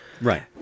right